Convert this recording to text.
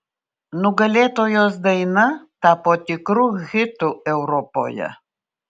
nugalėtojos daina tapo tikru hitu europoje